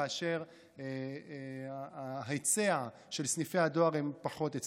משום שההיצע של סניפי הדואר פחות אצלם.